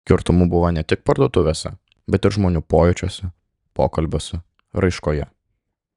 skirtumų buvo ne tik parduotuvėse bet ir žmonių pojūčiuose pokalbiuose raiškoje